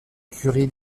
curé